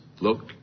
look